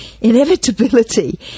inevitability